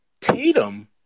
Tatum